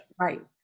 Right